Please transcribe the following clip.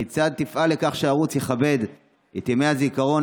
כיצד תפעל לכך שהערוץ יכבד את ימי הזיכרון